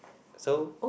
so